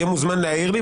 יהיה מוזמן להעיר לי,